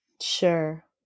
Sure